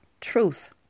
truth